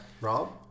Rob